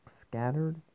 scattered